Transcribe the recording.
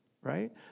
right